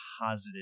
positive